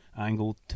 angled